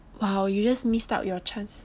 !wow! you just missed out your chance